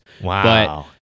Wow